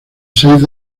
seis